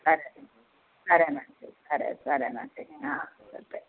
సరేనండి సరే సరేనండి